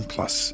Plus